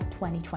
2020